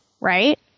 right